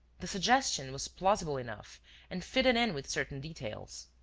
the suggestion was plausible enough and fitted in with certain details.